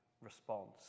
response